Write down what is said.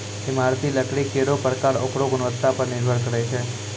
इमारती लकड़ी केरो परकार ओकरो गुणवत्ता पर निर्भर करै छै